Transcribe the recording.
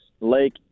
lake